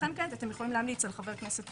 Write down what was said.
לכן כעת אתם יכולים להמליץ על חבר כנסת